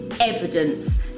evidence